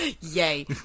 Yay